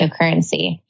cryptocurrency